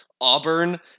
Auburn